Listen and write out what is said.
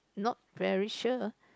not very sure